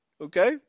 Okay